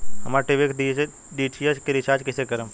हमार टी.वी के डी.टी.एच के रीचार्ज कईसे करेम?